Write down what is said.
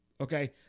Okay